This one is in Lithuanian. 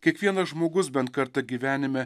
kiekvienas žmogus bent kartą gyvenime